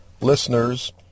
listeners